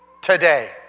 today